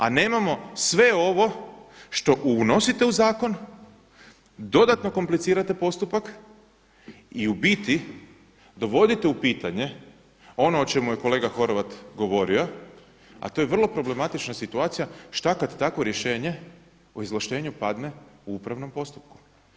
A nemamo, sve ovo što unosite u zakon dodatno komplicirate postupak i u biti dovodite u pitanje ono o čemu je kolega Horvat govorio a to je vrlo problematična situacija, što kada takvo rješenje o izvlaštenju padne u upravnom postupku?